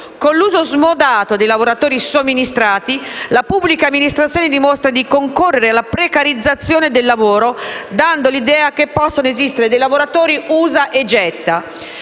Con l'uso smodato dei lavoratori somministrati, la pubblica amministrazione dimostra di concorrere alla precarizzazione del lavoro, dando l'idea che possano esistere dei lavoratori usa e getta.